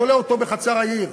תולה אותו בכיכר העיר.